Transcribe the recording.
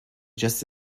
just